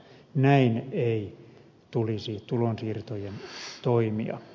näin ei tulisi tulonsiirtojen toimia